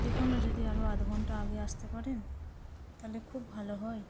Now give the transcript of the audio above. দেখুন না যদি আরও আধ ঘন্টা আগে আসতে পারেন তাহলে খুব ভালো হয়